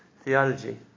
theology